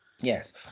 Yes